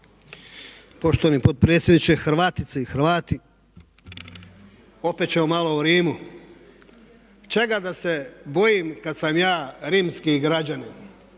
Poštovani potpredsjedniče. Hrvatice i hrvati, opet ćemo malo o Rimu. Čega da se bojim kada sam ja rimski građanin,